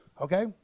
okay